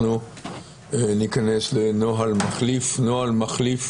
ניכנס לנוהל מחליף, נוהל מחליף